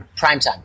Primetime